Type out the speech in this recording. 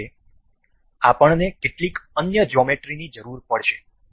આ માટે અમને કેટલીક અન્ય જ્યોમેટ્રીની જરૂર છે